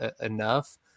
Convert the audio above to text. enough